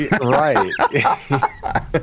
Right